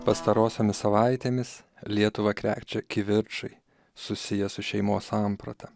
pastarosiomis savaitėmis lietuvą krečia kivirčai susiję su šeimos sampratą